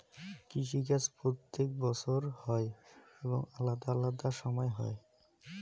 কৃষি কাজ প্রত্যেক বছর হই এবং আলাদা আলাদা সময় হই